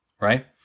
Right